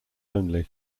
only